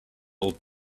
old